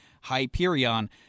Hyperion